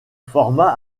forma